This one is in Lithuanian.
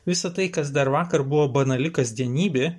visa tai kas dar vakar buvo banali kasdienybė